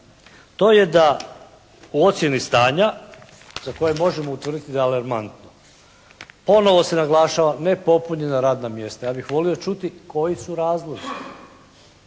to je da u ocjeni stanja za koje možemo utvrditi da je alarmantno ponovo se naglašava nepopunjena radna mjesta. Ja bih volio čuti koji su razlozi.